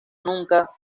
nunca